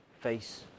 face